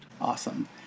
Awesome